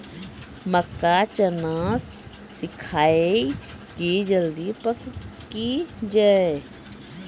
मक्का चना सिखाइए कि जल्दी पक की जय?